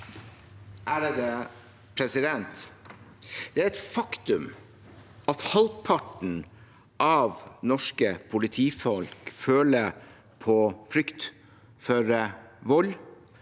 leder): Det er et faktum at halvparten av norske politifolk føler på frykt for vold